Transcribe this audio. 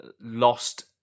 lost